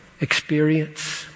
experience